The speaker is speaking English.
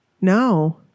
No